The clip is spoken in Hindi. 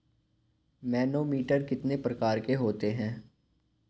मैनोमीटर कितने प्रकार के होते हैं?